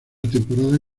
temporada